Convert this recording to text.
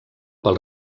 pel